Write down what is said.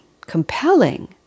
compelling